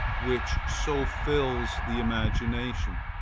which so fills the imagination?